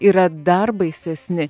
yra dar baisesni